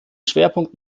schwerpunkt